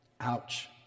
Ouch